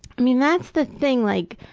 i mean, that's the thing, like,